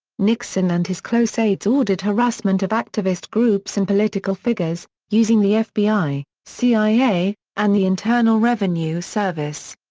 nixon and his close aides ordered harassment of activist groups and political figures, using the fbi, cia, and the internal revenue service.